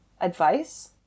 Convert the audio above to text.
advice